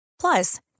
Plus